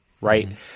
right